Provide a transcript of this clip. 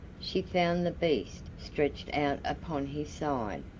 she found the beast stretched out upon his side,